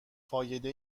فایده